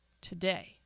today